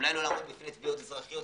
אולי לא לעמוד בפני תביעות אזרחיות?